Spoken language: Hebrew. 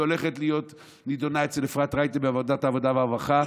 היא הולכת להיות נדונה אצל אפרת רייטן בוועדת העבודה והרווחה.